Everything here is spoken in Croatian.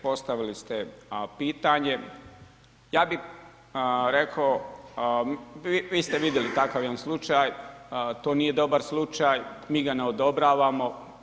Postavili ste pitanje, ja bih rekao vi ste vidjeli takav jedan slučaj, to nije dobar slučaj, mi ga ne odobravamo.